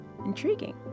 Intriguing